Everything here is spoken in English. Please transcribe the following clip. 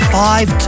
five